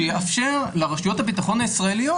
שיאפשר לרשויות הביטחון הישראליות,